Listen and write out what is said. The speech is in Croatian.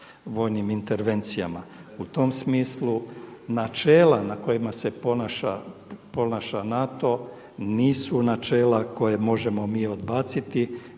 vojnim intervencijama. U tom smislu načela na kojima se ponaša NATO nisu načela koje možemo mi odbaciti,